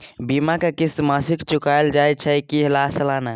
बीमा के किस्त मासिक चुकायल जाए छै की सालाना?